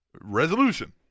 resolution